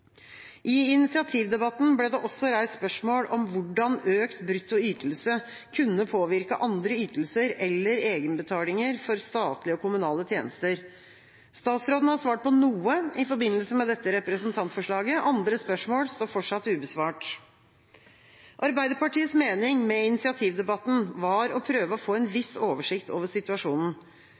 I initiativdebatten ble det også reist spørsmål om hvordan økt brutto ytelse kunne påvirke andre ytelser eller egenbetalinger for statlige og kommunale tjenester. Statsråden har svart på noe i forbindelse med dette representantforslaget. Andre spørsmål står fortsatt ubesvart. Arbeiderpartiets mening med initiativdebatten var å prøve å få en viss oversikt over situasjonen.